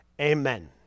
amen